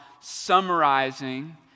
summarizing